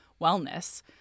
wellness